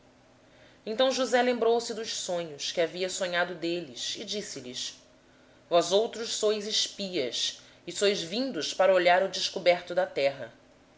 então josé dos sonhos que tivera a respeito deles e disse-lhes vós sois espias e viestes para ver a nudez da terra